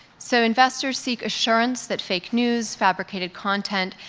so investors seek assurance that fake news, fabricated content,